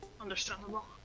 Understandable